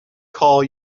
call